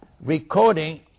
recording